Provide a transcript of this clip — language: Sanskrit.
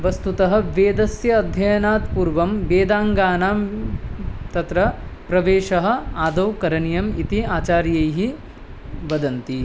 वस्तुतः वेदस्य अध्ययनात् पूर्वं वेदाङ्गानां तत्र प्रवेशः आदौ करणीयः इति आचार्यैः वदन्ति